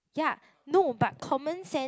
ya no but common sense